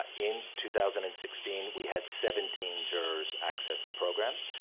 ah in two thousand and sixteen we had seventeen jurors access the program.